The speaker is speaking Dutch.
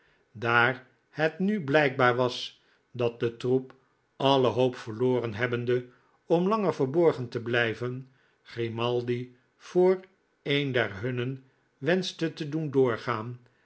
daar het nu blijkbaar was dat de troep alle hoop verloren hebbende om langer verborgen te blijven grimaldi voor een der hunnen wenschtc te doen doorgaan